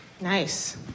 Nice